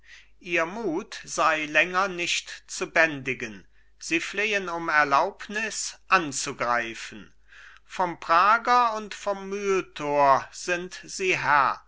ihr mut sei länger nicht zu bändigen sie flehen um erlaubnis anzugreifen vom prager und vom mühl tor sind sie